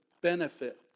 benefit